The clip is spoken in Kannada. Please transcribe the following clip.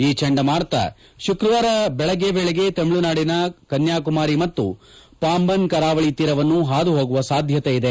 ಈ ಚಂಡಮಾರುತ ಶುಕ್ರವಾರ ಬೆಳಗ್ಗೆ ವೇಳೆಗೆ ತಮಿಳುನಾಡಿನ ಕನ್ಯಾಕುಮಾರಿ ಮತ್ತು ಪಾಂಬನ್ ಕರಾವಳಿ ತೀರವನ್ನು ಹಾದುಹೋಗುವ ಸಾಧ್ಯತೆ ಇದೆ